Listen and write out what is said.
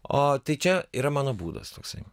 o tai čia yra mano būdas toksai